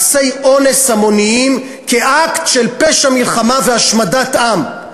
מעשי אונס המוניים כאקט של פשע מלחמה והשמדת עם.